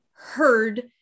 heard